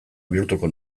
bihurtuko